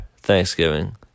Thanksgiving